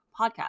podcast